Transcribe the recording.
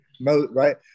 right